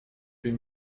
huit